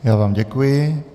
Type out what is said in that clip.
Já vám děkuji.